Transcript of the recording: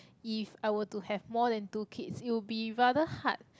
if I were to have more than two kids it'll be rather hard